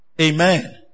Amen